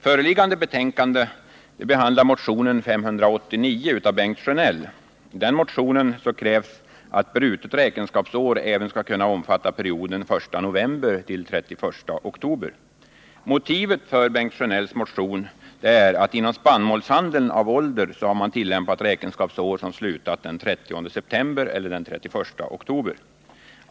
Föreliggande betänkande behandlar motionen 859 av Bengt Sjönell. I denna motion krävs att brutet räkenskapsår även skall kunna omfatta perioden den 1 november-den 31 oktober. Motivet för Bengt Sjönells motion är att det inom spannmålshandeln av ålder har tillämpats räkenskapsår som slutat den 30 september eller den 31 oktober.